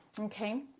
Okay